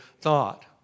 thought